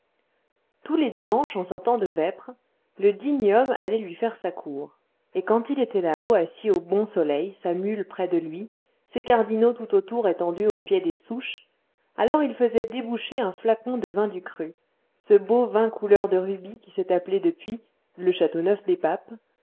tous les dimanches en sortant de vêpres le digne homme allait lui faire sa cour et quand il était là-haut assis au bon soleil sa mule près de lui ses cardinaux tout autour étendus aux pieds des souches alors il faisait déboucher un flacon de vin du cru ce beau vin couleur de rubis qui s'est appelé depuis le château neuf